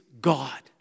God